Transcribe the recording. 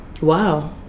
Wow